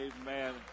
Amen